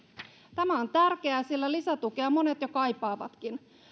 tämä on tärkeää sillä lisätukea monet jo kaipaavatkin